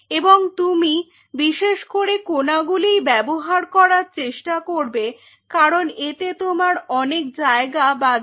এবং তুমি বিশেষ করে কোনাগুলিই ব্যবহার করার চেষ্টা করবে কারণ এতে তোমার অনেক জায়গা বাঁচবে